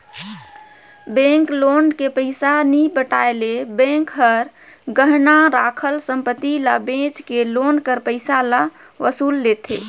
bank loan के पइसा नी पटाए ले बेंक हर गहना राखल संपत्ति ल बेंच के लोन कर पइसा ल वसूल लेथे